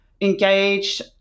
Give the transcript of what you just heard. engaged